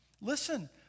Listen